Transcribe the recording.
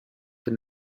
für